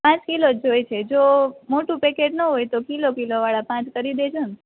પાંચ કિલો જ જોઇસે જો મોટું પેકેટ ન હોય તો કિલો કિલો વાળા પાંચ કરી દેજો